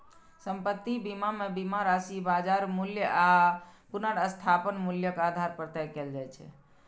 संपत्ति बीमा मे बीमा राशि बाजार मूल्य आ पुनर्स्थापन मूल्यक आधार पर तय कैल जाइ छै